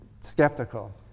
skeptical